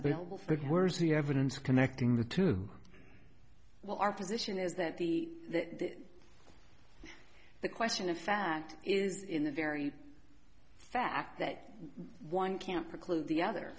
available for where's the evidence connecting the two well our position is that the the question of fact is in the very fact that one can't for klute the other